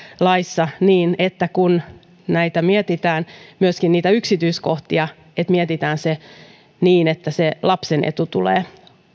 laissa niin että kun mietitään myöskin niitä yksityiskohtia mietitään ne niin että lapsen etu tulee